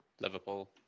Liverpool